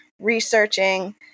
researching